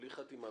בלי חתימה,